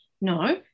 No